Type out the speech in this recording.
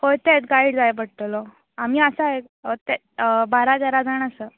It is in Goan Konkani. हय तेंच गायड जाय पडटलो आमी आसा एक ते बारा तेरा जाण आसा